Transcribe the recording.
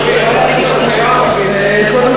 קודם כול,